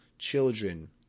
children